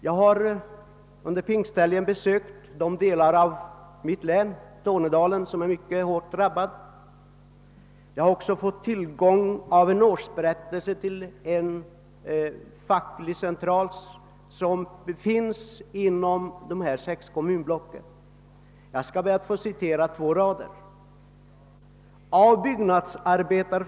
Jag har under pingsthelgen besökt delar av Tornedalen i mitt hemlän, som är mycket hårt drabbade, och jag fick då tillgång till ett referat av en årsberättelse från den fackliga centralorganisationen belägen i en av de sex kommunblocken däruppe. Jag skall återge ett par rader ur referatet, där det heter att »utav byggnadsarb.